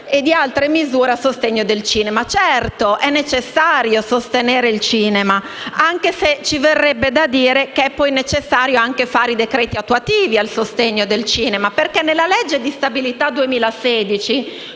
e di altre misure a sostegno del cinema. Certo, è necessario sostenere il cinema, anche se ci verrebbe da dire che poi sono necessari anche i decreti attuativi a sostegno del cinema. Nella legge di stabilità del